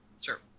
Sure